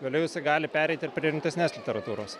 vėliau jisai gali pereiti prie rimtesnės literatūros